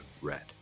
Red